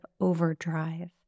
overdrive